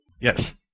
Yes